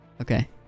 Okay